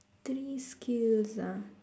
three skills ah